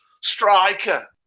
Striker